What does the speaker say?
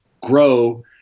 grow